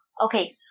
Okay